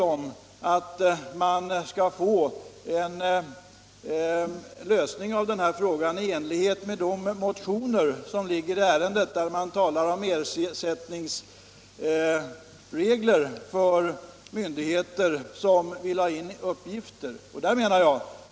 Vad jag är orolig för är det resonemang som förs i vissa motioner om ersättning till företagen för uppgiftslämnandet.